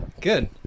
Good